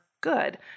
good